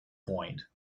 point